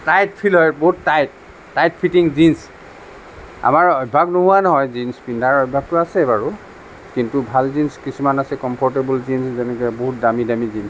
tight feel হয় বহুত tight tight fitting jeans আমাৰ অভ্যাস নোহোৱা নহয় জীনছ্ পিন্ধাৰ অভ্যাসটো আছে বাৰু কিন্তু ভাল জীনছ্ কিছুমান আছে কম্ফৰ্টেবল জীনছ্ যেনেকে বহুত দামী দামী জীনছ্